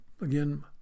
Again